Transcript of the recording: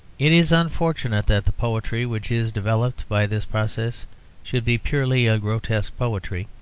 it is unfortunate that the poetry which is developed by this process should be purely a grotesque poetry.